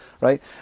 right